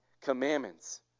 commandments